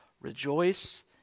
rejoice